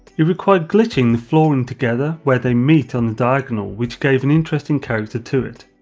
it required glitching the flooring together where they meet on the diagonal which gave an interesting character to it.